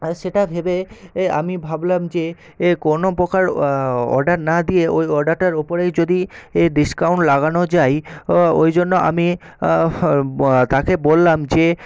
আর সেটা ভেবে এ আমি ভাবলাম যে এ কোনও প্রকার অর্ডার না দিয়ে ওই অর্ডারটার ওপরেই যদি এই ডিসকাউন্ট লাগানো যায় ও ওই জন্য আমি তাকে বললাম যে